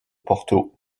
porto